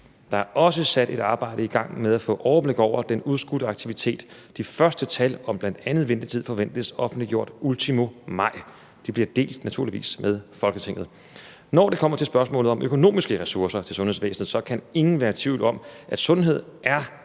Der er også sat et arbejde i gang med at få overblik over den udskudte aktivitet. De første tal om bl.a. ventetid forventes offentliggjort ultimo maj. De bliver naturligvis delt med Folketinget. Når det kommer til spørgsmålet om økonomiske ressourcer til sundhedsvæsenet, kan ingen være i tvivl om, at sundhed er